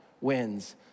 wins